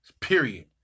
Period